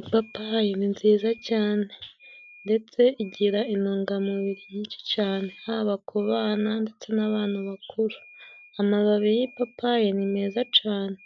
Ipapayi ni nziza cyane ndetse igira inungamubiri nyinshi cane haba ku bana ndetse n'abanu bakuru, amababi y'ipapayi ni meza cane